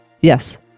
Yes